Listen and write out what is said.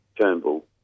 Turnbull